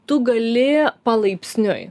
tu gali palaipsniui